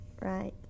right